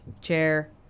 chair